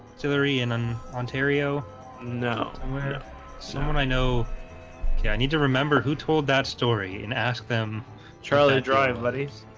hilary in an ontario know someone so and i know okay, i need to remember who told that story and ask them charlie to drive buddies